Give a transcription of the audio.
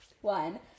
one